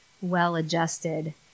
well-adjusted